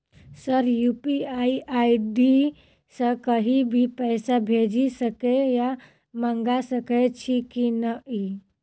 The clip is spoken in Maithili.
सर यु.पी.आई आई.डी सँ कहि भी पैसा भेजि सकै या मंगा सकै छी की न ई?